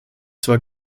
zwar